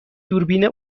دوربین